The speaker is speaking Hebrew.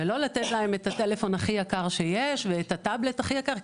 ולא לתת להם את הטלפון הכי יקר שיש ואת הטאבלט הכי יקר,